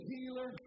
Healer